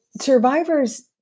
survivors